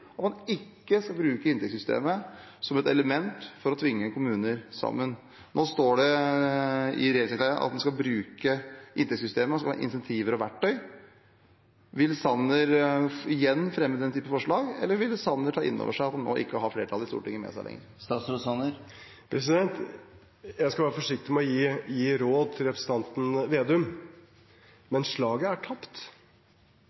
at man ikke skal bruke inntektssystemet som et element for å tvinge kommuner sammen. Nå står det i regjeringserklæringen at man skal bruke inntektssystemet som incentiver og verktøy. Vil Sanner igjen fremme denne typen forslag, eller vil Sanner ta inn over seg at man nå ikke har flertallet i Stortinget med seg lenger? Jeg skal være forsiktig med å gi råd til representanten Slagsvold Vedum.